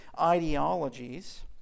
ideologies